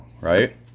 right